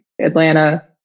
atlanta